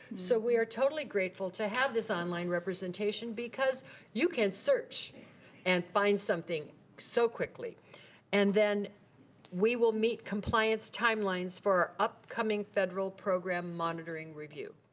so, we are totally grateful to have this online representation, because you can search and find something so quickly and then we will meet compliance timelines for our upcoming federal program monitoring review.